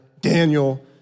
Daniel